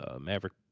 maverick